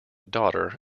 daughter